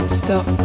stop